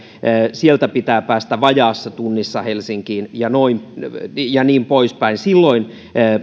sieltä pitää päästä vajaassa tunnissa helsinkiin ja niin poispäin silloin